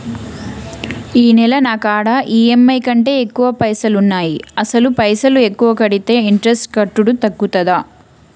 ఈ నెల నా కాడా ఈ.ఎమ్.ఐ కంటే ఎక్కువ పైసల్ ఉన్నాయి అసలు పైసల్ ఎక్కువ కడితే ఇంట్రెస్ట్ కట్టుడు తగ్గుతదా?